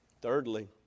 Thirdly